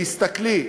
תסתכלי,